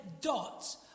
dots